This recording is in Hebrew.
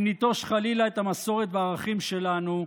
אם ניטוש חלילה את המסורת והערכים שלנו,